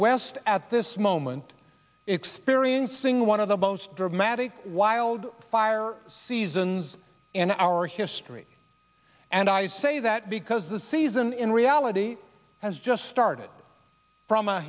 west at this moment experiencing one of the most dramatic wild fire seasons in our history and i say that because the season in reality has just started from a